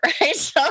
right